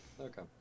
Okay